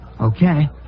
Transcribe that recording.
okay